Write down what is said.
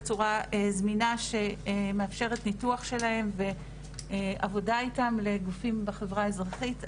בצורה זמינה שמאפשרת ניתוח שלהם ועבודה איתם לגופים בחברה האזרחית,